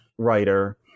writer